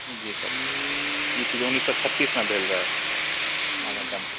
जी sir ई चीज उन्नैस सए छत्तीसमे भेल रहए हमरा जानकारी